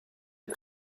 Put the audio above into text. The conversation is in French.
est